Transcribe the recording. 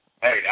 hey